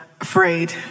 afraid